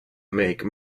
make